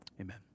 Amen